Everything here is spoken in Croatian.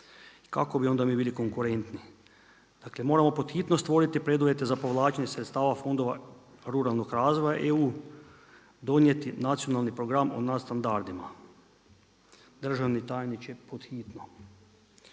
kako bi onda mi bili konkurentni? Dakle, moramo pod hitno stvoriti preduvjete za povlačenje sredstava fondova ruralnog razvoja EU-a, donijeti nacionalni program o nadstandardima. Državni tajniče, pod hitno.